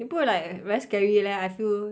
你不会 like very scary leh I feel